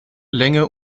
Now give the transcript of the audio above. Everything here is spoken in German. länge